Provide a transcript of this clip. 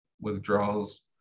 withdrawals